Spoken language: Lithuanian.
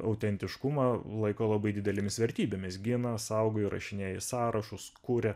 autentiškumą laiko labai didelėmis vertybėmis gina saugo įrašinėja sąrašus kuria